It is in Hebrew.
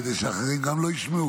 כדי שאחרים גם לא ישמעו?